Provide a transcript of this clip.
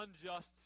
unjust